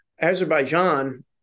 Azerbaijan